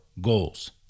goals